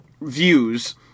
views